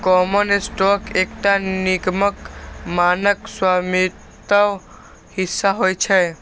common stock एकटा निगमक मानक स्वामित्व हिस्सा होइ छै